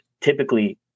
typically